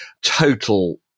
total